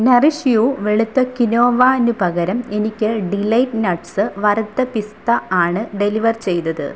Nourish you വെളുത്ത ക്വിനോവന് പകരം എനിക്ക് ഡിലൈറ്റ് നട്ട്സ് വറത്ത പിസ്ത ആണ് ഡെലിവർ ചെയ്തത്